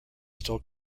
still